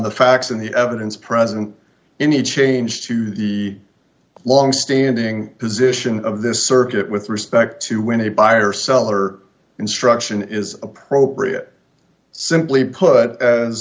the facts and the evidence present any change to the longstanding position of this circuit with respect to when a buyer or seller instruction is appropriate simply put as